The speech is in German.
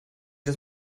sie